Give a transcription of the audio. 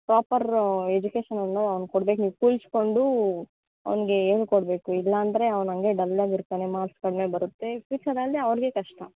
proper education ಇನ್ನೂ ಅವ್ನ್ಗೆ ಕೊಡಬೇಕು ನೀವು ಕೂರಿಸಿಕೊಂಡು ಅವ್ನಿಗೆ ಹೇಳ್ಕೊಡ್ಬೇಕು ಇಲ್ಲಾಂದರೆ ಅವ್ನು ಹಂಗೆ ಡಲ್ ಆಗಿರ್ತಾನೆ ಮಾರ್ಕ್ಸ್ ಕಡಿಮೆ ಬರುತ್ತೆ ಫ್ಯೂಚರಲ್ಲಿ ಅವ್ರಿಗೆ ಕಷ್ಟ